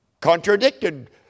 contradicted